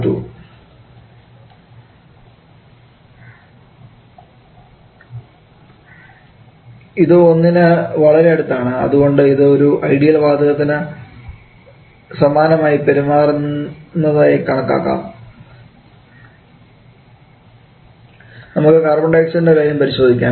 02 ഇത് ഒന്നിന് വളരെ അടുത്താണ് അതുകൊണ്ട് ഇത് ഒരു ഐഡിയൽ വാതത്തിനു സമാനമായി പെരുമാറുന്നതായി നമുക്ക് കണക്കാക്കാം നമുക്ക് കാർബൺഡയോക്സൈഡ് കാര്യം പരിശോധിക്കാം